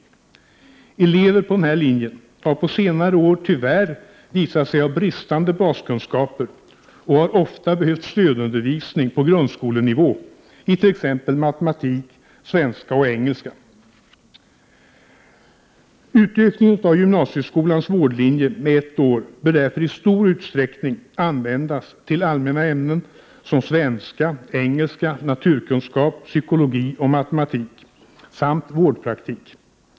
Elever på denna linje har på senare år tyvärr visat sig ha bristande baskunskaper och har ofta behövt stödundervisning på grundskolenivå i t.ex. matematik, svenska och engelska. Utökningen av gymnasieskolans vårdlinje med ett år bör därför i stor utsträckning användas till allmänna ämnen som svenska, engelska, naturkunskap, psykologi och matematik samt vårdpraktik.